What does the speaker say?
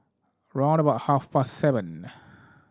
round about half past seven